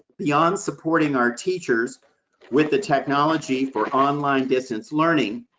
beyond supporting our teachers with the technology for online distance learning,